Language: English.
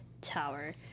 Tower